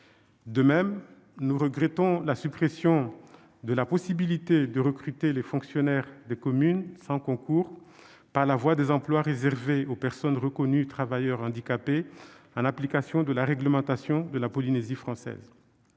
De même, nous regrettons la suppression de la possibilité de recruter les fonctionnaires des communes sans concours, par la voie des emplois réservés aux personnes reconnues travailleurs handicapés en application de la réglementation de la Polynésie française.